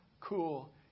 cool